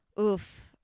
Oof